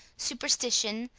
superstition,